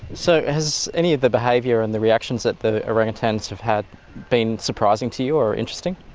so has any of the behaviour and the reactions that the orangutans have had been surprising to you or interesting?